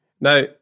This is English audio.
Now